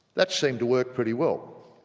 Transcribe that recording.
that seemed to work pretty well.